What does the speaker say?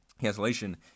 cancellation